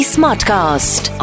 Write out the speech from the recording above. Smartcast